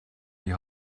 die